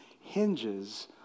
hinges